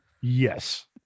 yes